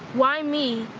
why me?